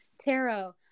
Tarot